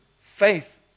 faith